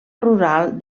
rural